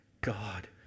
God